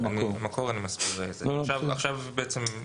עכשיו בעצם,